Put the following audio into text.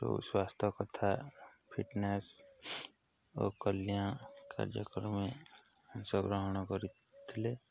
ଯେଉଁ ସ୍ୱାସ୍ଥ୍ୟ କଥା ଫିଟନେସ୍ ଓ କାର୍ଯ୍ୟକ୍ରମ ଅଂଶଗ୍ରହଣ କରିଥିଲେ